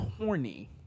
horny